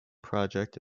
project